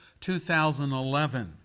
2011